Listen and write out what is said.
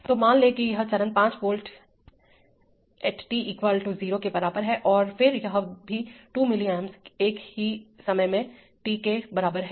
तो मान लें कि यह चरण 5 वोल्ट a t 0 के बराबर है और फिर यह भी 2 मिल्लिआंप्स एक ही समय में t के बराबर है